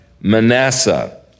Manasseh